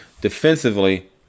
Defensively